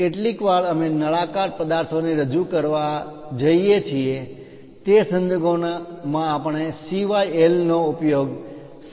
કેટલીકવાર અમે નળાકાર પદાર્થોને રજુ કરવા જઈએ છીએ તે સંજોગોમાં આપણે CYL નો ઉપયોગ સિલિન્ડર તરીકે કરીએ છીએ